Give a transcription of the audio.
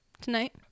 Tonight